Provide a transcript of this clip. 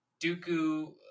Dooku